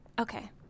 Okay